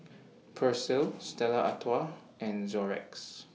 Persil Stella Artois and Xorex